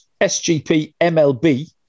SGPMLB